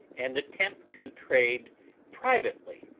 and attempt to trade privately,